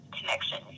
connection